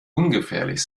ungefährlich